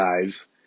guys